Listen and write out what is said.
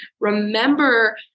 Remember